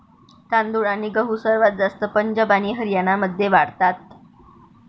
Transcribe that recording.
तांदूळ आणि गहू सर्वात जास्त पंजाब आणि हरियाणामध्ये वाढतात